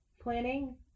planning